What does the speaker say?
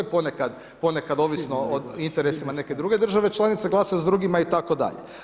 Ponekad ovisno o interesima neke druge države članice glasaju s drugima itd.